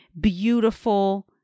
beautiful